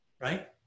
right